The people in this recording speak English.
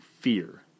Fear